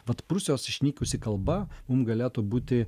vat prūsijos išnykusi kalba galėtų būti